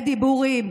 בדיבורים.